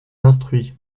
instruit